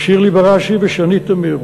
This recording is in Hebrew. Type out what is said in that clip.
שירלי בראשי ושני תמיר.